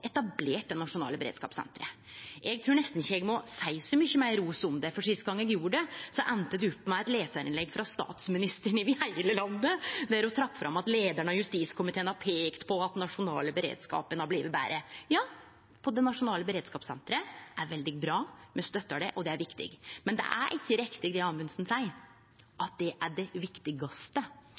etablert det nasjonale beredskapssenteret. Eg trur nesten ikkje eg må gje så mykje meir ros for det, for sist eg gjorde det, enda det opp med eit lesarinnlegg over heile landet frå statsministeren, der ho trekte fram at leiaren i justiskomiteen hadde peika på at den nasjonale beredskapen hadde blitt betre. Ja, det nasjonale beredskapssenteret er veldig bra, me støttar det, og det er veldig viktig. Men det representanten Amundsen seier, at det er det viktigaste,